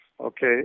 okay